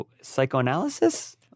psychoanalysis